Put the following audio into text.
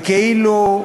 זה כאילו,